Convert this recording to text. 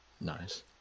Nice